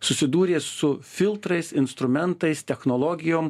susidūrė su filtrais instrumentais technologijom